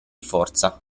forza